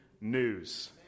news